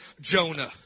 Jonah